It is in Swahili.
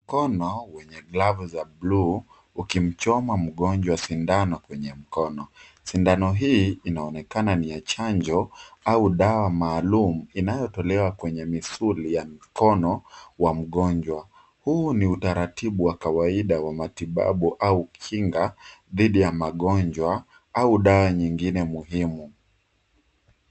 Mkono wenye glavu za bluu, ukimchoma mgonjwa sindano kwenye mkono. Sindano hii inaonekana ni ya chanjo, au dawa maalum, inayotolewa kwenye misuli ya mkono wa mgonjwa. Huu ni utaratibu wa kawaida wa matibabu au kinga, dhidi ya magonjwa, au dawa nyingine muhimu.